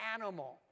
animal